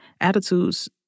attitudes